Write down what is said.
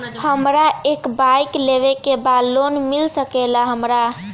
हमरा एक बाइक लेवे के बा लोन मिल सकेला हमरा?